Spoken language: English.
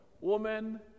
woman